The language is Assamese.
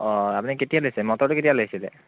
অ' আপুনি কেতিয়া লৈছে মটৰটো কেতিয়া লৈছিলে